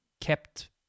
kept